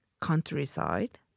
countryside